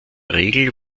regel